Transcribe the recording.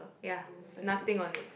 ya nothing on it